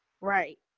Right